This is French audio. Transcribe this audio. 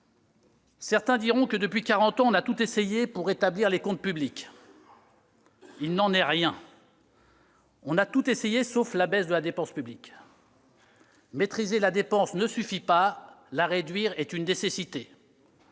Certains diront que, depuis quarante ans, on a tout essayé pour rétablir les comptes publics. Il n'en est rien. On a tout essayé, sauf la baisse de la dépense publique. Maîtriser la dépense ne suffit pas. La réduire est une nécessité.